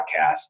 podcast